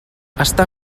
està